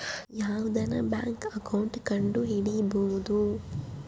ಯಾವ್ದನ bank account ಕಂಡುಹಿಡಿಬೋದು